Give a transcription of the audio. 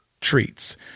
treats